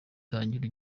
tangira